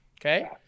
Okay